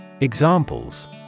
Examples